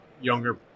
younger